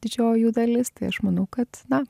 didžioji jų dalis tai aš manau kad na